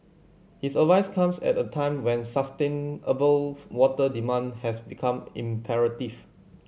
his advice comes at a time when sustainable water demand has become imperative